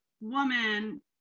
woman